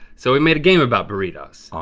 so we made a game about burritos,